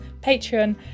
Patreon